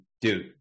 Dude